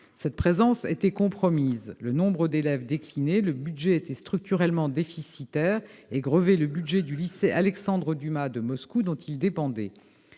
Cette présence était compromise : le nombre d'élèves déclinait, le budget de cet établissement était structurellement déficitaire et grevait le budget du lycée Alexandre-Dumas de Moscou, dont il dépendait.